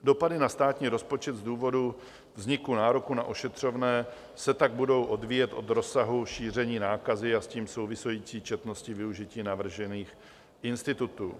Dopady na státní rozpočet z důvodu vzniku nároku na ošetřovné se tak budou odvíjet od rozsahu šíření nákazy a s tím související četnosti využití navržených institutů.